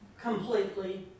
completely